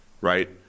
right